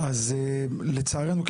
לצערנו,